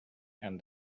and